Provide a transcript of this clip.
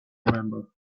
remember